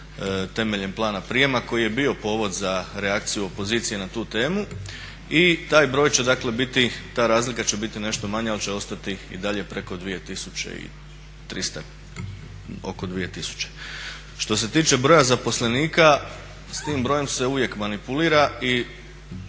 temeljem plana prijema koji je bio povod za reakciju opozicije na tu temu i ta razlika će biti nešto manja ali će ostati i dalje preko 2.300 oko 2.000. Što se tiče broja zaposlenika, s tim brojem se uvijek manipulira i